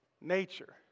nature